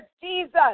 Jesus